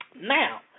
Now